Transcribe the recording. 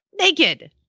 Naked